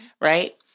right